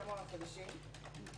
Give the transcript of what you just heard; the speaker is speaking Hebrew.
כמה חודשים.